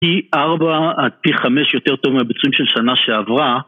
פי 4 עד פי 5 יותר טוב מהביצועים של שנה שעברה